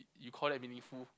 you call that meaningful